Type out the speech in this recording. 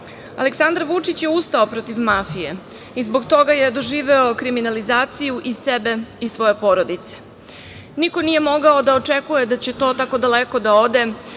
Aleksandar Vučić je ustao protiv mafije i zbog toga je doživeo kriminalizaciju i sebe i svoje porodice. Niko nije mogao da očekuje da će to tako daleko da ode,